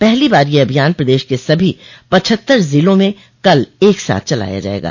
पहली बार यह अभियान प्रदेश के सभी पचहत्तर जिलों म कल सक साथ चलाया जायेगा